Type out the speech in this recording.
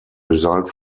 result